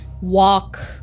walk